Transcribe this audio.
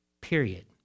period